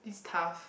tough